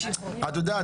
את יודעת,